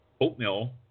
oatmeal